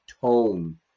tone